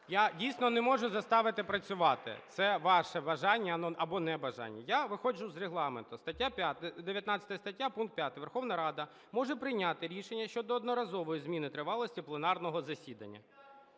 Я, дійсно, не можу заставити працювати. Це ваше бажання або небажання. Я виходжу з Регламенту. Стаття 5… 19 стаття пункт 5: Верховна Рада може прийняти рішення щодо одноразової зміни тривалості пленарного засідання.